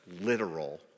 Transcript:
literal